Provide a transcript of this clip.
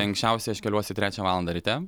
anksčiausiai aš keliuosi trečią valandą ryte